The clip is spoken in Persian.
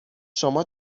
شما